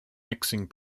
mixing